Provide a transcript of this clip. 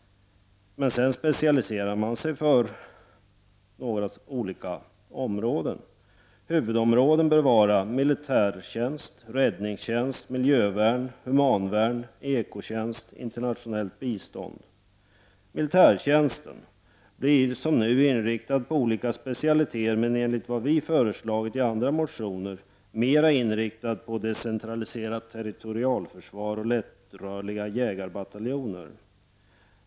Men sedan specialiserar man sig på några olika områden. Huvudområden bör vara militärtjänst, räddningstjänst, miljövärn, humanvärn, ekotjänst och internationellt bistånd. Militärtjänsten får, liksom nu, vara inriktad på olika specialiteter men skall enligt vad vi föreslagit i andra motioner mera vara inriktad på decentraliserat territorialförsvar och lättrörliga jägarbataljoner.